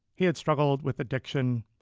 he had struggled with addiction,